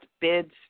bids